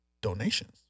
donations